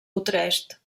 utrecht